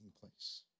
place